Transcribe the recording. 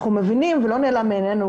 אנחנו מבינים ולא נעלם מעיננו,